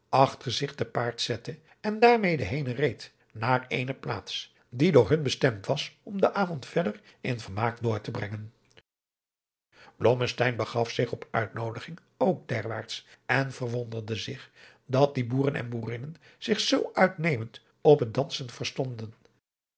zich te paard zette en daarmede henen reed naar eene plaats die door hun bestemd was om den avond verder in veradriaan loosjes pzn het leven van johannes wouter blommesteyn maak door te brengen blommesteyn begaf zich op uitnoodiging ook derwaarts en verwonderde zich dat die boeren en boerinnen zich zoo uitnemend op het dansen verstonden